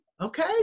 Okay